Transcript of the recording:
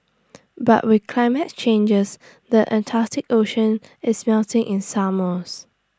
but with climate changes the Arctic ocean is melting in summers